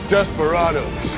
Desperados